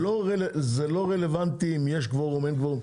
זה לא רלוונטי אם יש קבורום או אין קבורום.